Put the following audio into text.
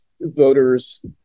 voters